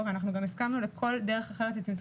ואנחנו גם הסכמנו לכל דרך אחרת לצמצום